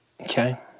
Okay